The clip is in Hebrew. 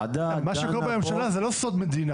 מה שקורה בממשלה הוא לא סוד מדינה.